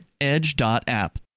edge.app